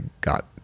got